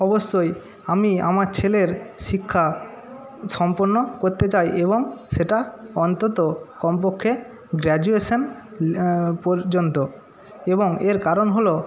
অবশ্যই আমি আমার ছেলের শিক্ষা সম্পূর্ণ করতে চাই এবং সেটা অন্তত কমপক্ষে গ্র্যাজুয়েশান পর্যন্ত এবং এর কারণ হল